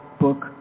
book